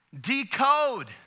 decode